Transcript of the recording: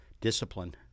discipline